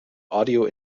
audio